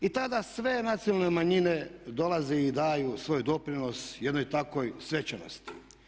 I tada sve nacionalne manjine dolaze i daju svoj doprinos jednoj takvoj svečanosti.